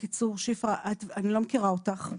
שפרה, אני לא מכירה אותך.